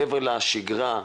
מעבר לשגרה,